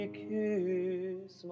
kiss